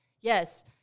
yes